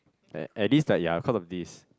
at at least like ya cause of this